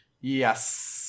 yes